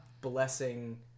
blessing